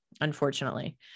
unfortunately